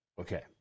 Okay